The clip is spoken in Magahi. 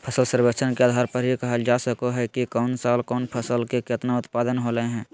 फसल सर्वेक्षण के आधार पर ही कहल जा सको हय कि कौन साल कौन फसल के केतना उत्पादन होलय हें